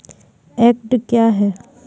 एकड कया हैं?